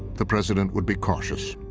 the president would be cautious.